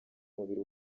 umubiri